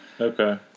Okay